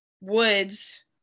woods